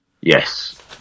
Yes